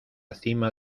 cima